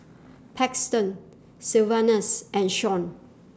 Paxton Sylvanus and Shaun